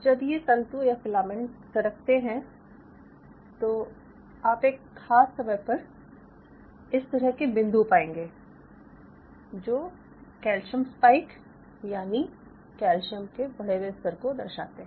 जब ये तंतु या फिलामेंट सरकते हैं तो आप एक ख़ास समय पर इस तरह के बिंदु पाएंगे जो कैल्शियम स्पाइक यानि कैल्शियम के बढे हुए स्तर को दर्शाते हैं